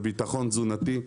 זה ביטחון תזונתי.